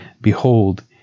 Behold